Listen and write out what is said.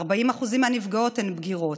40% מהנפגעות הן בגירות.